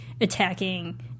attacking